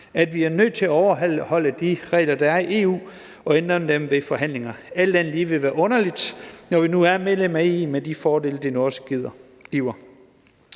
at vi er nødt til at overholde de regler, der er i EU, og ændre dem ved forhandlinger. Alt andet ville være underligt, når vi nu er medlem af EU med de fordele, det også giver.